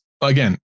again